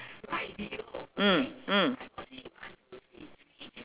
mm mm